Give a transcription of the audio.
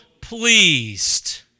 pleased